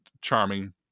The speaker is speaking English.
charming